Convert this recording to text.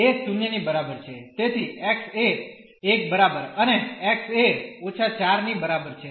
તેથી x એ 1 બરાબર અને x એ −4 ની બરાબર છે